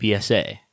PSA